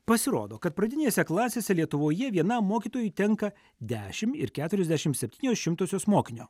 pasirodo kad pradinėse klasėse lietuvoje vienam mokytojui tenka dešimt ir keturiasdešimt septynios šimtosios mokinio